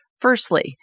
Firstly